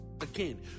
Again